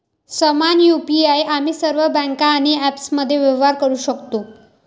समान यु.पी.आई आम्ही सर्व बँका आणि ॲप्समध्ये व्यवहार करू शकतो